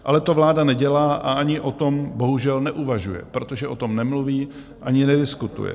Ale to vláda nedělá a ani o tom bohužel neuvažuje, protože o tom nemluví ani nediskutuje.